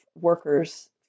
workers